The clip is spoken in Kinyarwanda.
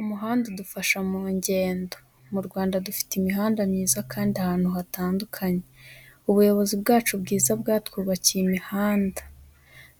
Umuhanda udufasha mu ngendo, mu Rwanda dufite imihanda myiza kandi ahantu hatandukanye. Ubuyobozi bwacu bwiza bwatwubakiye imihanda.